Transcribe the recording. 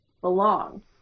belong